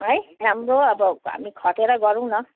है राम्रो अब हामी खटेर गरौँ न